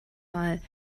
mal